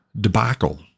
debacle